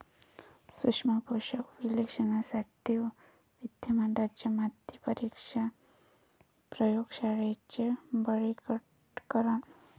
सूक्ष्म पोषक विश्लेषणासाठी विद्यमान राज्य माती परीक्षण प्रयोग शाळांचे बळकटीकरण